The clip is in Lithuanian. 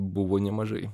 buvo nemažai